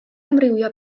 amrywio